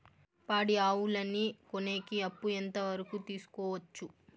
పాడి ఆవులని కొనేకి అప్పు ఎంత వరకు తీసుకోవచ్చు?